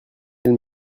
elle